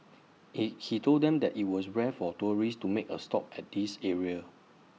hey he told them that IT was rare for tourists to make A stop at this area